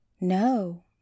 no